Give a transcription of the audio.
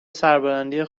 سربلندی